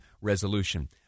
resolution